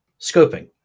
scoping